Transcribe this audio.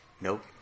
nope